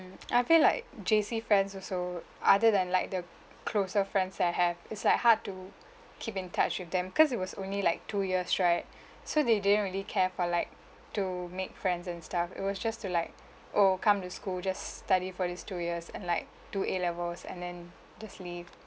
I feel like J_C friends also other than like the closer friends I have it's like hard to keep in touch with them cause it was only like two years right so they didn't really care for like to make friends and stuff it was just to like oh come to school just study for these two years and like do a levels and then just leave